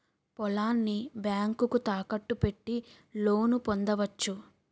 పొలాన్ని బ్యాంకుకు తాకట్టు పెట్టి లోను పొందవచ్చు